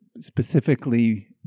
specifically